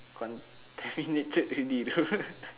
contaminated already though